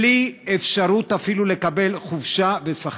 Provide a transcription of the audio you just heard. בלי אפשרות אפילו לקבל חופשה בשכר.